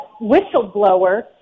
whistleblower